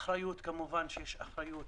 כמובן שיש אחריות